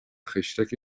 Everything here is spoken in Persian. خشتک